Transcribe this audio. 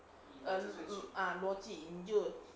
um ah 逻辑